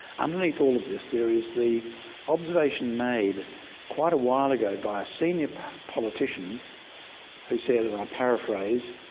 underneath all of this there is the observation made quite a while ago by a senior politician who said, and i paraphrase,